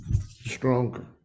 stronger